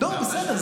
לא, בסדר.